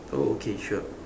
oh okay sure